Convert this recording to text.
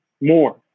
more